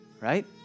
right